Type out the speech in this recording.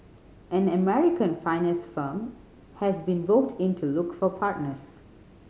an American finance firm has been roped in to look for partners